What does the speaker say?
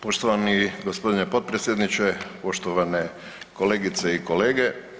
Poštovani g. potpredsjedniče, poštovane kolegice i kolege.